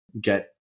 get